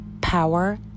power